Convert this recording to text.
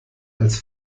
als